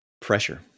pressure